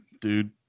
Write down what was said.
dude